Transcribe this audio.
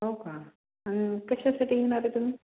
हो का अन कशासाठी घेनार आहे तुम्ही